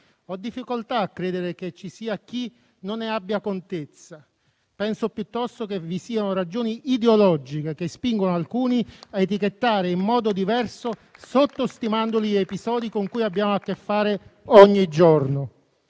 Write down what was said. Ho difficoltà a credere che ci sia chi non ne abbia contezza. Penso piuttosto che vi siano ragioni ideologiche che spingono alcuni a etichettare in modo diverso, sottostimandoli, gli episodi con cui abbiamo a che fare ogni giorno.